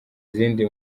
izindi